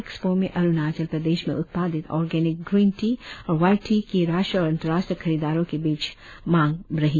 expo में अरुणाचल प्रदेश में उत्पादित ऑर्गेनिक ग्रीन टी और वाईट टी की राष्ट्र और अंतर्राष्ट्रीय खरीददारों के बीच बढ़ी मांग रही